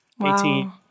18